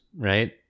right